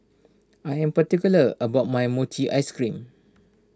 I am particular about my Mochi Ice Cream